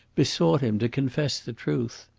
besought him to confess the truth.